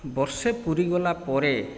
ବର୍ଷେ ପୁରିଗଲା ପରେ